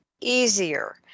easier